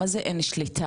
מה זה אין שליטה?